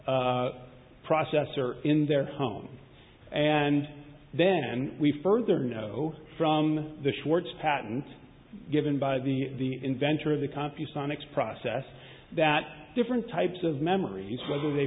s processor in their home and then we further know from the schwartz patent given by the inventor of the copy sonic process that different types of memories whether they